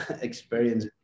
experience